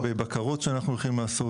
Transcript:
גם לגבי בקרות שאנחנו הולכים לעשות.